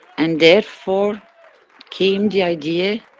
and therefore, came the idea,